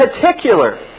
particular